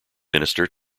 minister